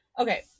Okay